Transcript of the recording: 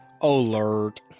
Alert